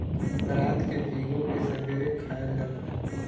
रात के भिगो के सबेरे खायल जाला